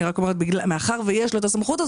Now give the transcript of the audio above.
אני רק אומרת שמאחר שיש לו את הסמכות,